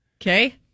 okay